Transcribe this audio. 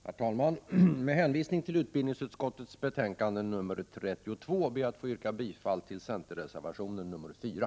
Herr talman! Med hänvisning till utbildningsutskottets betänkande nr 32 ber jag att få yrka bifall till centerpartiets reservation nr 4.